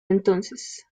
entonces